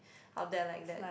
out there like that